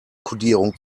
kodierung